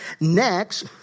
Next